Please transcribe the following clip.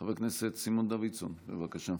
חבר הכנסת סימון דוידסון, בבקשה.